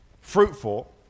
fruitful